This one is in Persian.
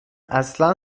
اصلا